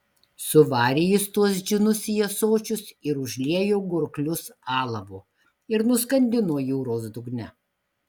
suvarė jis tuos džinus į ąsočius ir užliejo gurklius alavu ir nuskandino jūros dugne